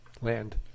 land